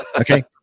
okay